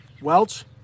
Welch